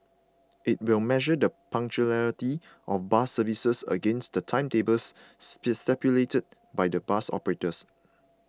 it will measure the punctuality of bus services against the timetables stipulated by the bus operators